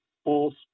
false